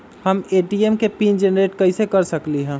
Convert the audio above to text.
हम ए.टी.एम के PIN generate कईसे कर सकली ह?